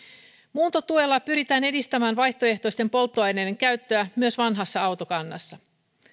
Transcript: muuntotuella pyritään edistämään vaihtoehtoisten polttoaineiden käyttöä myös vanhassa autokannassa